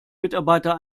mitarbeiter